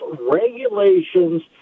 regulations